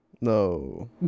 No